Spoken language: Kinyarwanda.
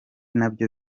nabyo